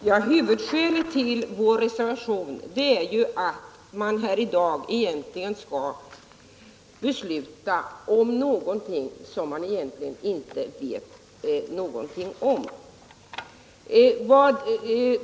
Herr talman! Hu vudskälet till vår reservation är ju att utskottsmajoriteten föreslår kammaren att besluta någonting som man egentligen inte vet något om.